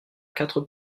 quatre